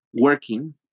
working